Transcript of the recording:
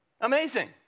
Amazing